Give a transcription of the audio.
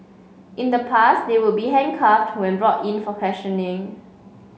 in the past they would be handcuffed when brought in for questioning